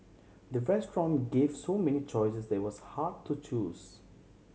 the restaurant gave so many choices that it was hard to choose